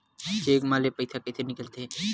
Cheque म ले पईसा कइसे निकलथे?